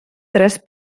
tres